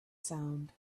sound